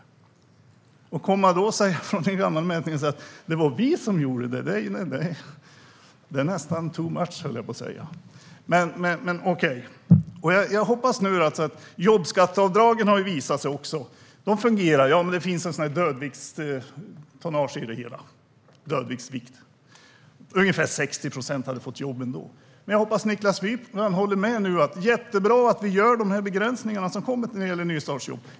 Att då komma och säga att det var vi som gjorde det är nästan too much, höll jag på att säga. Det har visat sig att jobbskatteavdragen fungerar. Ja, men det finns en dödvikt i det hela. Ungefär 60 procent hade fått jobb ändå. Men jag hoppas att Niklas Wykman nu håller med om att det är jättebra att vi gör de här begränsningarna när det gäller nystartsjobben.